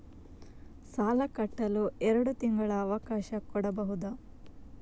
ಸಾಲ ಕಟ್ಟಲು ಎರಡು ತಿಂಗಳ ಅವಕಾಶ ಕೊಡಬಹುದಾ?